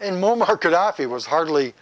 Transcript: and moammar gadhafi was hardly